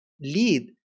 lead